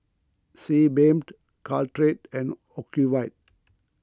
Sebamed Caltrate and Ocuvite